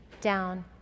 down